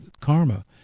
karma